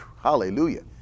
Hallelujah